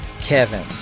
Kevin